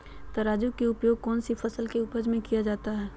तराजू का उपयोग कौन सी फसल के उपज में किया जाता है?